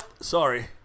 sorry